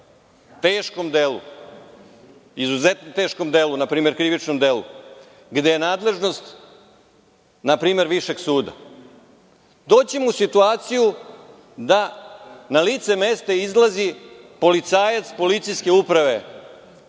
teškom delu, izuzetno teškom delu, na primer, krivičnom delu, gde je nadležnost, na primer, višeg suda, doći ćemo u situaciju da na lice mesta izlazi policajac iz policijske uprava